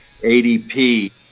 ADP